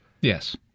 Yes